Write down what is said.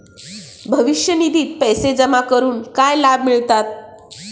भविष्य निधित पैसे जमा करून काय लाभ मिळतात?